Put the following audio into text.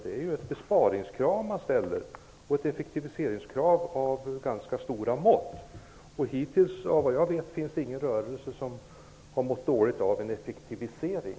Det är ju ett besparingskrav, ett effektiviseringskrav av ganska stora mått, som ställs. Hittills har inte någon rörelse, såvitt jag vet, mått dåligt av effektivisering.